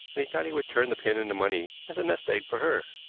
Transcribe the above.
and he thought he would turn the pin into money as a nest egg for her.